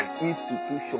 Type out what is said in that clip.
institution